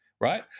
right